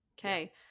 Okay